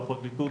בפרקליטות